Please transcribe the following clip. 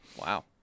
Wow